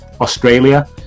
Australia